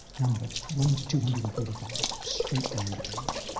numbered one to two hundred and forty five, straight down the page,